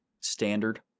standard